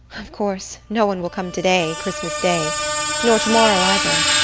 of course, no one will come today, christmas day nor tomorrow either.